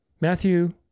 Matthew